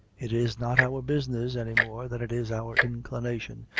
it is not our business, any more than it is our inclination,